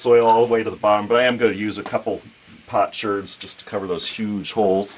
all way to the bottom but i am going to use a couple shirts just cover those huge hole